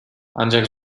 ancak